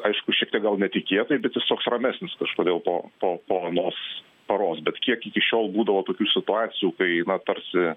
aišku šiek tiek gal netikėtai bet jis toks ramesnis kažkodėl po po po anos paros bet kiek iki šiol būdavo tokių situacijų kai na tarsi